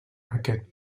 aquest